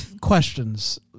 questions